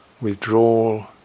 Withdrawal